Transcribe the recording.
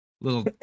little